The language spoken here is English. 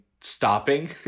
stopping